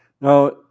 Now